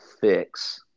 fix